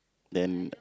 then